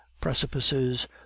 precipices